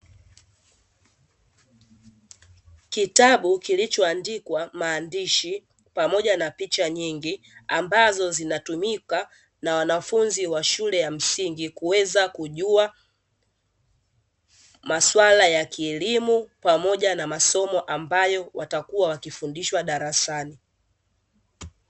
Kitabu kilicho andikwa maandishi pamoja na picha nyingi ambazo zinatumika na wanafunzi wa shule za msingi kuweza kujua, masuala ya kilimo pamoja na mambo ambayo watakuwa wakifundishwa darasani.